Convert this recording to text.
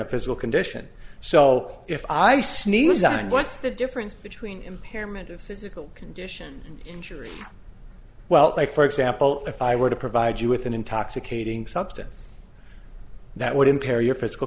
of physical condition so if i sneeze i mean what's the difference between impairment of physical condition injury well like for example if i were to provide you with an intoxicating substance that would impair your physical